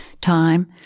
time